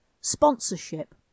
Sponsorship